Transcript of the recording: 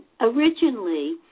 originally –